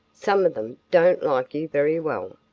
some of them don't like you very well.